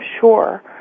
sure